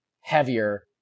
heavier